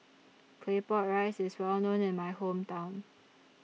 Claypot Rice IS Well known in My Hometown